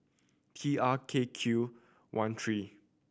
T R K Q one three